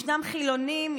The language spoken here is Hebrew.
ישנם חילונים,